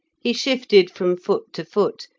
he shifted from foot to foot,